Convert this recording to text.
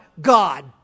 God